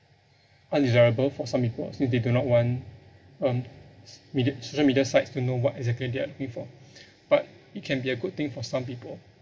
undesirable for some people since they do not want um s~ media social media sites to know what exactly they are looking for but it can be a good thing for some people